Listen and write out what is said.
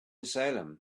salem